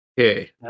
Okay